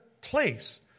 place